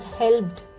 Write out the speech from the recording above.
helped